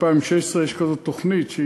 יש תוכנית כזאת,